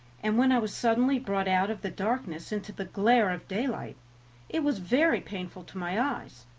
and when i was suddenly brought out of the darkness into the glare of daylight it was very painful to my eyes.